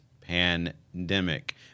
pandemic